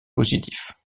positif